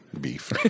Beef